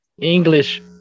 English